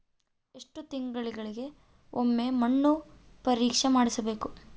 ಎಷ್ಟು ತಿಂಗಳಿಗೆ ಒಮ್ಮೆ ಮಣ್ಣು ಪರೇಕ್ಷೆ ಮಾಡಿಸಬೇಕು?